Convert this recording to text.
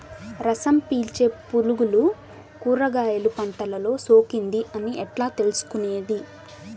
రసం పీల్చే పులుగులు కూరగాయలు పంటలో సోకింది అని ఎట్లా తెలుసుకునేది?